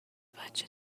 بچه